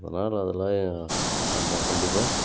அதனால அதெலாம் நம்ம கண்டிப்பாக